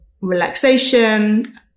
relaxation